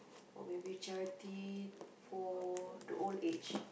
or maybe charity for the old aged